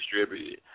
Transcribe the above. distributed